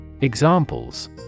Examples